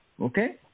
Okay